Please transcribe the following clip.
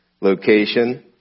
location